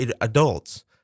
Adults